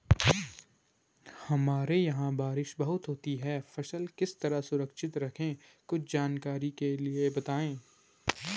हमारे यहाँ बारिश बहुत होती है फसल किस तरह सुरक्षित रहे कुछ जानकारी के लिए बताएँ?